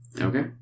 Okay